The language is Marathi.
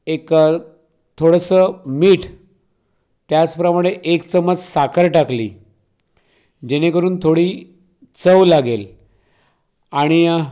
एक थोडंसं मीठ त्याचप्रमाणे एक चमचा साखर टाकली जेणेकरून थोडी चव लागेल आणि